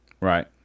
Right